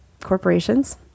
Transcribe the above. corporations